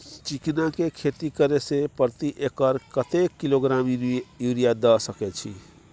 चिकना के खेती करे से प्रति एकर कतेक किलोग्राम यूरिया द सके छी?